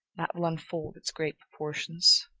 that will unfold its great proportions.